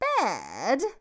bed